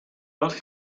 dal